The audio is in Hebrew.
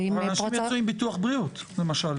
אבל אנשים יצאו עם ביטוח בריאות למשל.